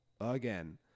Again